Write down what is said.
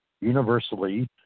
universally